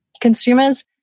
consumers